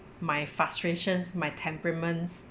my frustrations my temperaments